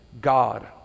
God